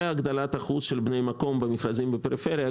והגדלת אחוז של בני מקום במכרזים בפריפריה.